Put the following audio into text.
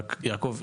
רק יעקב,